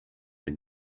been